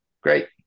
Great